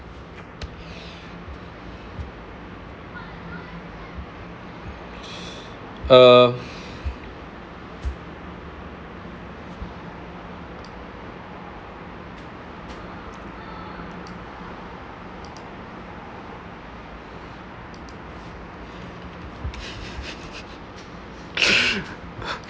uh